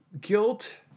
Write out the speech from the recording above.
guilt